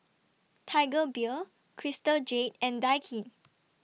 Tiger Beer Crystal Jade and Daikin